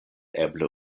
eble